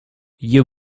you